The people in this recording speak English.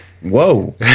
Whoa